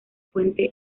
fuente